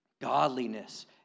godliness